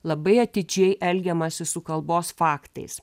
labai atidžiai elgiamasi su kalbos faktais